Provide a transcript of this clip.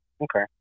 Okay